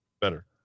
Better